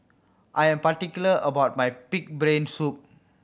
I am particular about my pig brain soup